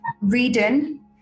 Reading